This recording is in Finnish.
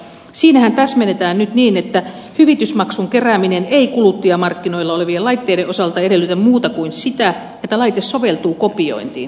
siinähän täsmennetään nyt niin että hyvitysmaksun kerääminen ei kuluttajamarkkinoilla olevien laitteiden osalta edellytä muuta kuin sitä että laite soveltuu kopiointiin